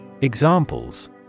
Examples